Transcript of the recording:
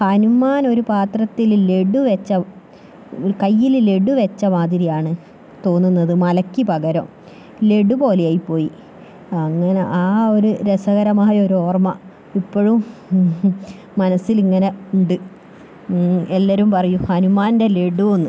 ഹനുമാനൊരു പാത്രത്തില് ലഡു വെച്ച കയ്യില് ലഡു വെച്ച മാതിരിയാണ് തോന്നുന്നത് മലക്ക് പകരം ലഡു പോലെയായിപ്പോയി അങ്ങനെ ആ ഒരു രസകരമായൊരോർമ്മ ഇപ്പോഴും മനസ്സിലിങ്ങനെ ഉണ്ട് എല്ലാവരും പറയും ഹാനുമാൻ്റെ ലഡ്ഡു എന്ന്